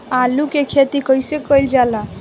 आलू की खेती कइसे कइल जाला?